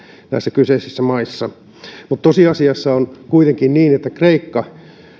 kyseisissä maissa tosiasiassa on kuitenkin niin että kreikka